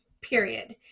period